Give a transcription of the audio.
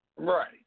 Right